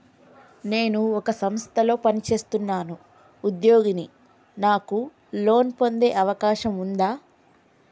నేను ఒక సంస్థలో పనిచేస్తున్న ఉద్యోగిని నాకు లోను పొందే అవకాశం ఉందా?